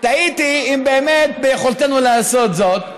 תהיתי אם באמת ביכולתנו לעשות זאת.